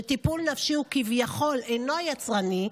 שטיפול נפשי הוא כביכול אינו יצרני,